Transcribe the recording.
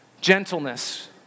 gentleness